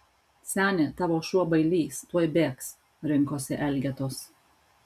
seni tavo šuo bailys tuoj bėgs rinkosi elgetos